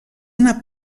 una